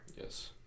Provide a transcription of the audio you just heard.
Yes